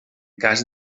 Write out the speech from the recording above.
cas